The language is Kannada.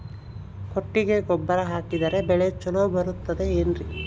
ಕೊಟ್ಟಿಗೆ ಗೊಬ್ಬರ ಹಾಕಿದರೆ ಬೆಳೆ ಚೊಲೊ ಬರುತ್ತದೆ ಏನ್ರಿ?